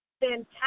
fantastic